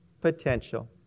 Potential